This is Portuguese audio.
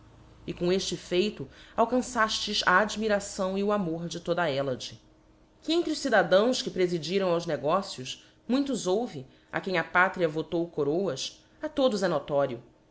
e com efte feito alcrancaíles a admiração e o amor de toda a heilade que entre os cidadãos que prefidiram aos negócios muitos houve a quem a pátria votou coroas a todos é